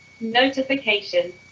Notification